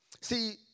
See